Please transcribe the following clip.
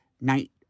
night